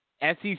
SEC